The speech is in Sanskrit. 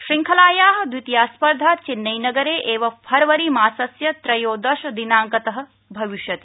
श्रृङ्खलाया द्वितीया स्पर्धा चेन्नईनगरे वि फरवरीमासस्य त्रयोदशदिनाङ्कत भविष्यति